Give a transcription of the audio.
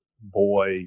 boy